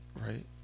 Right